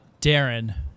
Darren